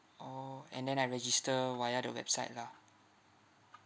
orh and then I register via the website lah